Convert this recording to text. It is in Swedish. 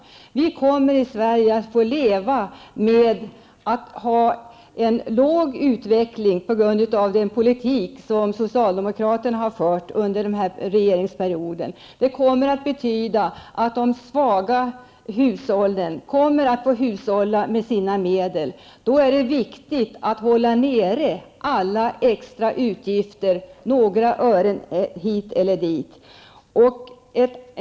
Vi kommer i Sverige att få leva med en låg utvecklingsnivå på grund av den politik som socialdemokraterna har fört under sin regeringsperiod. Det betyder att de svaga hushållen verkligen måste hushålla med sina medel. Då är det viktigt att hålla nere alla extrautgifter, även om det är några ören hit eller dit.